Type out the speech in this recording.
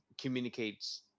communicates